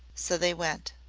so they went.